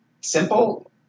simple